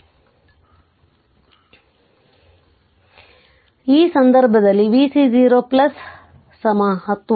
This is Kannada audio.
ಆದ್ದರಿಂದ ಈ ಸಂದರ್ಭದಲ್ಲಿ vc 0 10 ವೋಲ್ಟ್